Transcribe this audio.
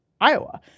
Iowa